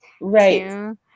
Right